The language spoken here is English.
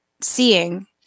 seeing